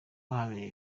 habereye